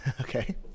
okay